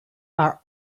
are